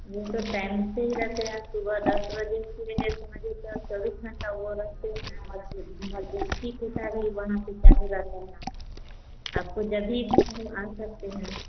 वो तो टाइम से ही रहते हैं सुबह दस बजे से ले कर साँझ तक चौबीस घंटा वह रहते हैं हर इमरजेंसी कोटा भी रहते हैं आपको जब भी हो आ सकते हैं